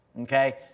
okay